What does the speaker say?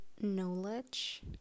knowledge